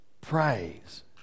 praise